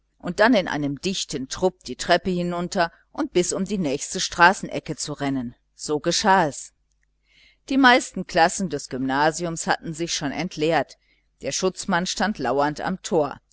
und dann in einem dichten trupp die treppe hinunter und bis um die nächste straßenecke zu rennen so geschah es die meisten klassen des gymnasiums hatten sich schon entleert der schutzmann stand lauernd am tor